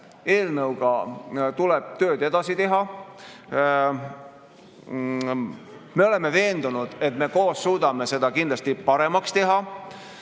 eelnõuga tuleb tööd edasi teha. Me oleme veendunud, et me koos suudame seda kindlasti paremaks teha.